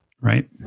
Right